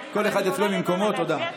כל אחד יצביע ממקומו, תודה.